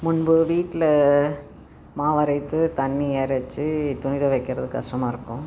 முன்பு வீட்டில் மாவரைத்து தண்ணி இரச்சு துணி துவைக்கிறது கஷ்டமாகருக்கும்